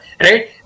right